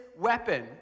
weapon